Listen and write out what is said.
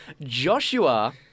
Joshua